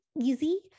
easy